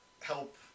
help